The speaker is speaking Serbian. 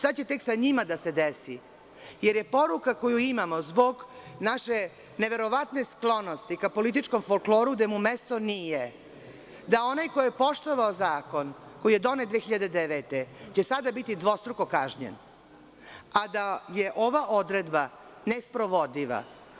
Šta će tek sa njima da se desi, jer je poruka koju imamo zbog naše neverovatne sklonosti ka političkom folkloru gde mu mesto nije, da onaj ko je poštovao zakon koji je donet 2009. godine će sada biti dvostruko kažnjen, a da je ova odredba ne sprovodiva.